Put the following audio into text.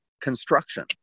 Construction